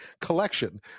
collection